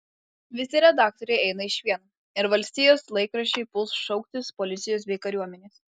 visi redaktoriai eina išvien ir valstijos laikraščiai puls šauktis policijos bei kariuomenės